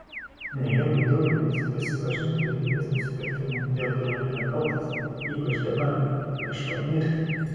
nejaugi doilis prisipažintų įvykdęs nusikaltimą dėl kurio nėra kaltas ypač dabar prieš pat mirtį